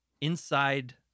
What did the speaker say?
inside